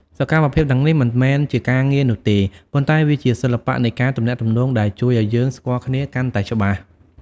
សកម្មភាពទាំងនេះមិនមែនជាការងារនោះទេ ប៉ុន្តែវាជាសិល្បៈនៃការទំនាក់ទំនងដែលជួយឱ្យយើងស្គាល់គ្នាកាន់តែច្បាស់។